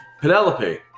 Penelope